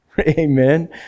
Amen